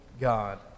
God